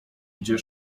gdzie